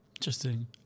Interesting